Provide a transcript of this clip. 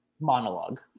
monologue